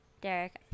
Derek